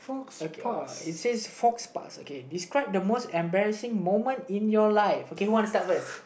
okay it says faux pas okay describe the most embarrassing moment in your life okay who wanna start first